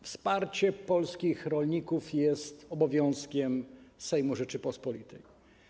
Wsparcie polskich rolników jest obowiązkiem Sejmu Rzeczypospolitej.